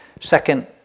Second